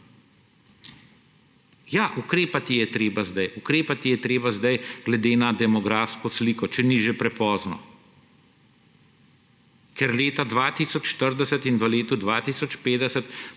Ja, ukrepati je treba zdaj. Ukrepati je treba zdaj glede na demografsko sliko, če ni že prepozno, ker leta 2040 in v letu 2050